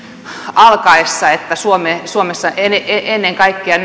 alkaessa että suomessa ennen ennen kaikkea